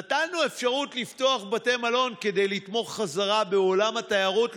נתנו אפשרות לפתוח בתי מלון כדי לתמוך חזרה בעולם התיירות,